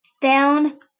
found